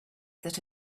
that